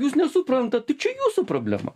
jūs nesuprantat tai čia jūsų problema